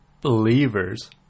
believers